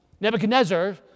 Nebuchadnezzar